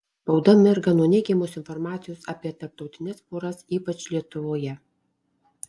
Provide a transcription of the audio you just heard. spauda mirga nuo neigiamos informacijos apie tarptautines poras ypač lietuvoje